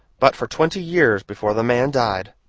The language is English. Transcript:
but for twenty years before the man died.